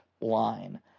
line